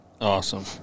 Awesome